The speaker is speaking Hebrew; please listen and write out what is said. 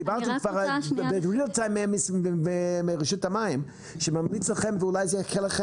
קיבלתם כבר בזמן אמת מרשות המים שממליצה לכם ואולי זה יקל עליכם